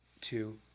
two